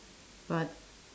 but